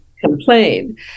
complain